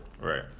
Right